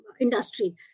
industry